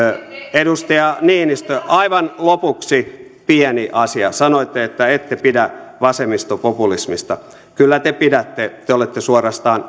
edustaja niinistö aivan lopuksi pieni asia sanoitte että ette pidä vasemmistopopulismista kyllä te pidätte te olette suorastaan